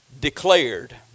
declared